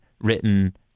written